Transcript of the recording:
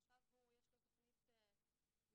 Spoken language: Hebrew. עכשיו יש לו תוכנית משלו,